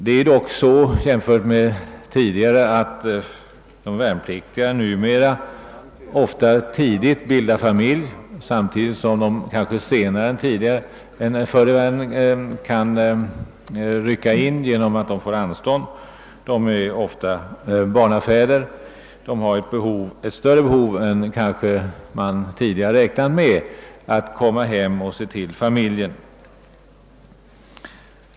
Det är dock så jämfört med tidigare att de värnpliktiga numera ofta bildar familj tidigt, samtidigt som de kanske senare rycker in på grund av att de får anstånd. De är vidare ofta barnafäder och har kanske ett större behov än man tidigare räknat med att komma hem och se till familjen.